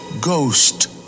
ghost